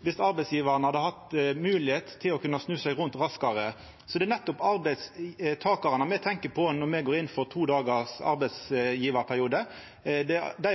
viss arbeidsgjevaren hadde hatt moglegheit til å kunna snu seg rundt raskare. Det er nettopp arbeidstakarane me tenkjer på når me går inn for to dagars arbeidsgjevarperiode – dei